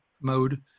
mode